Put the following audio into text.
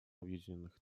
объединенных